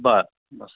बर बर